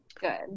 Good